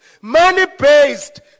Money-based